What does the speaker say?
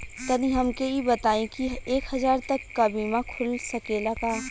तनि हमके इ बताईं की एक हजार तक क बीमा खुल सकेला का?